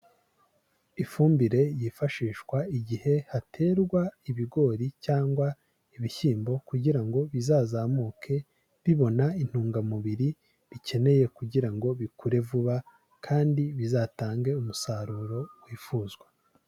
Ifumbire yifashishwa igihe haterwa ibigori cyangwa ibishyimbo kugira ngo bizazamuke bibona intungamubiri bikeneye kugira ngo bikure vuba kandi bizatange umusaruro wifuzwa.